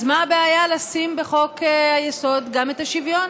אז מה הבעיה לשים בחוק-היסוד גם את השוויון?